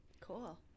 Cool